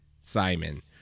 Simon